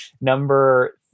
Number